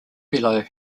below